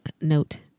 note